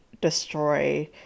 destroy